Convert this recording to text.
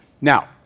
Now